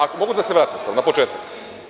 Ako mogu da se vratim na početak.